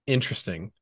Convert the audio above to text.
Interesting